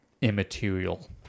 immaterial